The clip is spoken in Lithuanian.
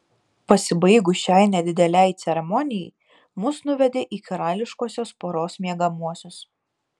pasibaigus šiai nedidelei ceremonijai mus nuvedė į karališkosios poros miegamuosius